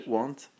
Want